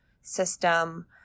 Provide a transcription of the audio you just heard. system